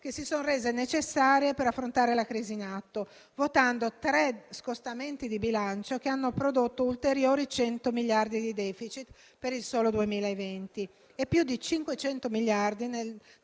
che si sono rese necessarie per affrontare la crisi in atto, votando tre scostamenti di bilancio che hanno prodotto ulteriori 100 miliardi di *deficit* per il solo 2020 e più di 500 miliardi dal 2020